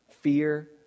fear